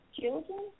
children